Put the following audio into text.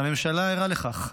והממשלה ערה לכך.